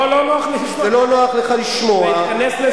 לא, לא נוח לי לשמוע, להתכנס לסיום.